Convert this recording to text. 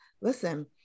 Listen